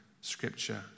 scripture